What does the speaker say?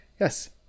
yes